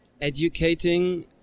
educating